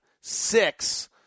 six